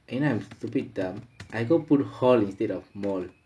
and I'm stupid dumb I go put hall instead of mall